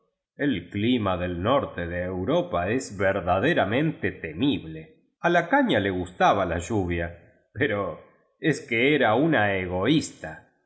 el clima dd norte de europa es vcrdadta amíaitü temible a la caña le gustaba la lluvia pero es que era una egoísta